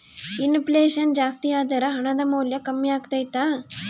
ಇನ್ ಫ್ಲೆಷನ್ ಜಾಸ್ತಿಯಾದರ ಹಣದ ಮೌಲ್ಯ ಕಮ್ಮಿಯಾಗತೈತೆ